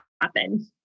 happen